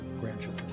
grandchildren